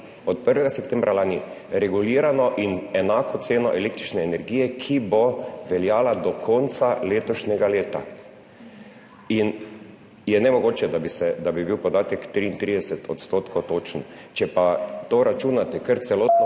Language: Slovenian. od 1. septembra lani regulirano in enako ceno električne energije, ki bo veljala do konca letošnjega leta. In je nemogoče, da bi bil podatek 33 % točen. Če pa to računate kar celotno